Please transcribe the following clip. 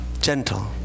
gentle